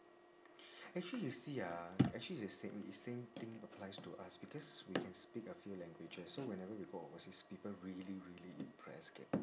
actually you see ah actually it's same is same thing applies to us because we can speak a few languages so whenever we go overseas people really really impressed